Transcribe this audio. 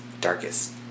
darkest